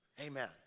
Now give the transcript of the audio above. Amen